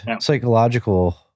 psychological